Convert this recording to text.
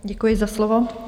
Děkuji za slovo.